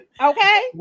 okay